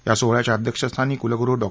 या सोहळ्याच्या अध्यक्षस्थानी कुलगुरू डॉ